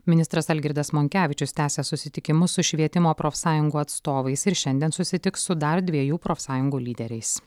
ministras algirdas monkevičius tęsia susitikimus su švietimo profsąjungų atstovais ir šiandien susitiks su dar dviejų profsąjungų lyderiais